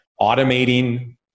automating